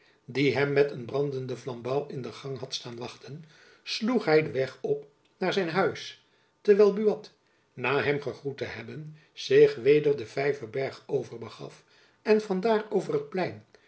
die hem met een brandende flambouw in de gang had staan wachten sloeg hy den weg op naar zijn huis terwijl buat na hem gegroet te hebben zich weder den vijverberg over begaf en van daar over het plein